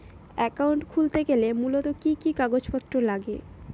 Account খুলতে গেলে মূলত কি কি কাগজপত্র লাগে?